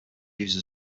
used